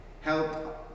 help